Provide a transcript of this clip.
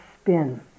spin